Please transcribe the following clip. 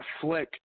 flick